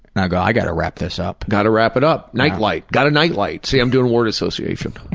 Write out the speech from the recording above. i'll go, i gotta wrap this up. gotta wrap it up. night-light. got a nightlight. see, i'm doing word association.